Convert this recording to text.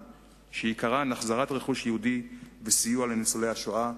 שעיקרן החזרת רכוש יהודי וסיוע לניצולי השואה.